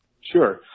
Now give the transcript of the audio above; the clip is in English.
Sure